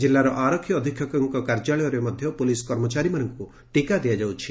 ଜିଲ୍କାର ଆରକ୍ଷୀ ଅଧୀକ୍ଷକଙ୍ କାର୍ଯ୍ୟାଳୟରେ ମଧ୍ଧ ପୁଲିସ୍ କର୍ମଚାରୀମାନଙ୍କୁ ଟିକା ଦିଆଯାଉଛି